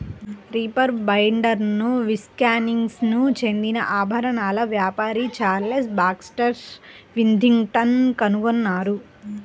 reaper బైండర్ను Wisconsin చెందిన ఆభరణాల వ్యాపారి చార్లెస్ బాక్స్టర్ విథింగ్టన్ కనుగొన్నారు